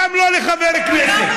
גם לא לחבר כנסת.